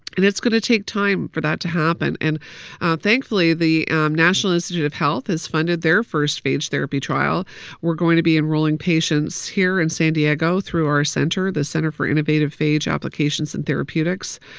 and it's going to take time for that to happen. and thankfully, the national institute of health has funded their first phage therapy trial we're going to be enrolling patients here in san diego through our center, the center for innovative phage applications and therapeutics.